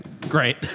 Great